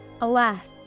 Alas